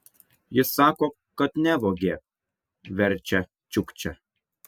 jis sako kad nevogė verčia čiukčia